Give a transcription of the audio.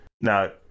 Now